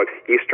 Eastern